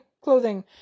clothing